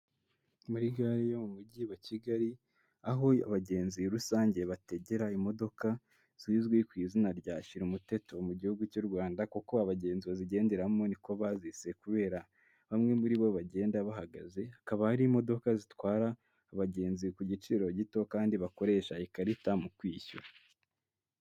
Muri gare yo mu mujyi wa kigali aho abagenzi rusange bategera imodoka zi izwi ku izina ryashyira umuteto mu gihugu cy'u rwanda kuko abagenzuzigenderamo niko bazise kubera bamwe muri bo bagenda bahagaze hakaba hari imodoka zitwara abagenzi ku giciro gito kandi bakoresha ikarita mu kwishyura.